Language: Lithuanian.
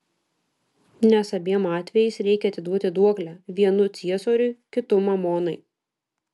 nes abiem atvejais reikia atiduoti duoklę vienu ciesoriui kitu mamonai